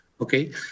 Okay